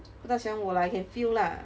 不大喜欢我 lah I can feel lah